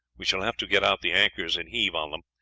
we shall have to get out the anchors and heave on them.